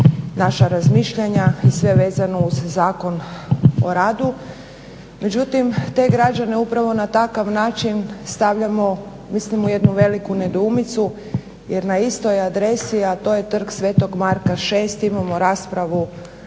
naša razmišljanja i sve vezano uz Zakon o radu, međutim te građane upravo na takav način stavljamo, mislim u jednu veliku nedoumicu jer na istoj adresi, a to je Trg sv. Marka 6 imamo raspravu